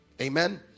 Amen